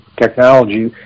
technology